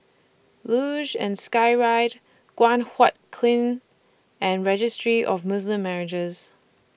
Luge and Skyride Guan Huat Kiln and Registry of Muslim Marriages